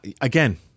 Again